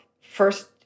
first